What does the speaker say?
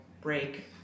break